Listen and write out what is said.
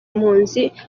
mpunzi